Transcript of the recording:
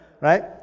right